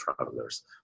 travelers